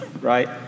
right